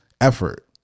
effort